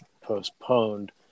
postponed